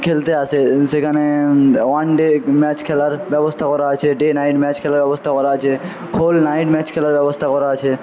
খেলতে আসে সেখানে ওয়ান ডে ম্যাচ খেলার ব্যবস্থা করা আছে ডে নাইট ম্যাচ খেলার ব্যবস্থা করা আছে হোল নাইট ম্যাচ খেলার ব্যবস্থা করা আছে